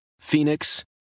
Phoenix